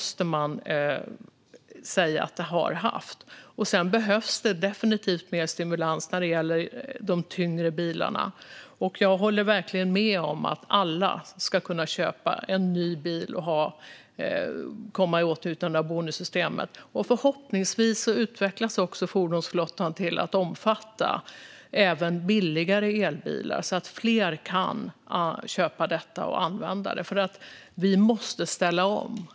Sedan behövs det definitivt mer stimulans när det gäller de tyngre bilarna, och jag håller verkligen med om att alla ska kunna köpa en ny bil och komma i åtnjutande av bonussystemet. Förhoppningsvis utvecklas också fordonsflottan till att omfatta även billigare elbilar så att fler kan köpa och använda sådana. Vi måste nämligen ställa om.